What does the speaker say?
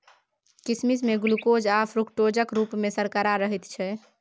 किसमिश मे ग्लुकोज आ फ्रुक्टोजक रुप मे सर्करा रहैत छै